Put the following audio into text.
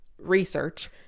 research